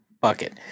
bucket